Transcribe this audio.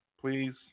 please